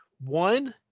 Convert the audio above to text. one